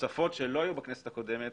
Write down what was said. התוספות שלא היו בכנסת הקודמת